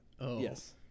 Yes